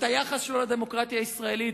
את היחס שלו לדמוקרטיה הישראלית,